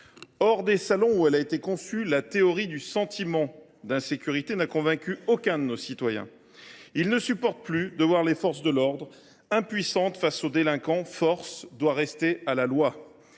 Hors des salons où elle a été conçue, la théorie du sentiment d’insécurité n’a convaincu aucun de nos concitoyens. Ils ne supportent plus de voir les forces de l’ordre impuissantes face aux délinquants. Force doit rester à la loi